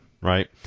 right